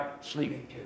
sleeping